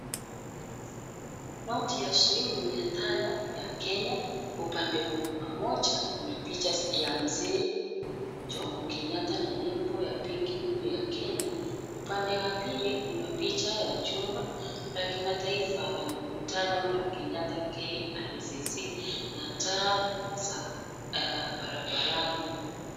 Noti ya shilingi mia tano ya Kenya. Upande mmoja kuna picha ya Mzee Jomo Kenyatta na nembo ya benki kuu ya Kenya. Upande wa pili ni picha ya jumba la kimataifa la mikutano la Kenyatta KICC na taa za barabarani.